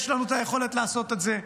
יש לנו את היכולת לעשות את זה,